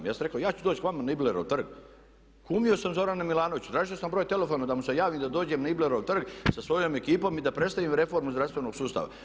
Ja sam rekao ja ću doći k vama na Iblerov trg, kumio sam Zorana Milanovića, tražio sam broj telefona da mu se javim da dođem na Iblerov trg sa svojom ekipom i da predstavim reformu zdravstvenog sustava.